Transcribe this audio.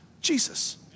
Jesus